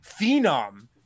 phenom